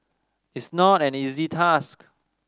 it's not an easy task